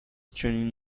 چنین